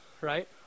right